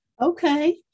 Okay